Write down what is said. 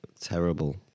terrible